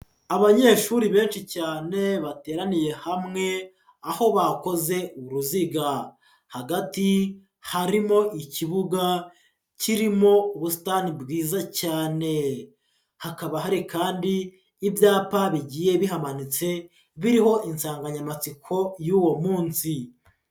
Abanyeshuri benshi cyane bateraniye hamwe aho bakoze uruziga, hagati harimo ikibuga kirimo ubusitani bwiza cyane, hakaba hari kandi ibyapa bigiye bihamutse biriho insanganyamatsiko y'uwo munsi.